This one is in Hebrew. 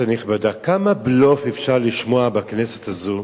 כנסת נכבדה, כמה בלוף אפשר לשמוע בכנסת הזאת,